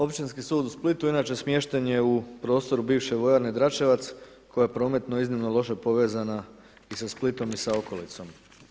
Općinski sud u Splitu inače smješten je u prostoru bivše Vojarne Dračevac koja je prometno iznimno loše povezana sa Splitom i sa okolicom.